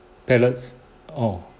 platelets oh